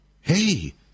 hey